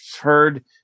heard